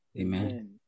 Amen